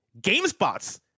GameSpot's